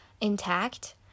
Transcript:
intact